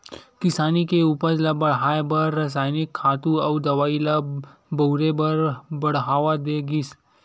किसानी के उपज ल बड़हाए बर रसायनिक खातू अउ दवई ल बउरे बर बड़हावा दे गिस